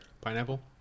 Pineapple